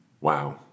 Wow